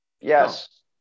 Yes